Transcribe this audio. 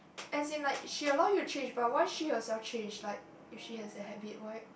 as in like she allow you to change but why she herself change like if she has the habit why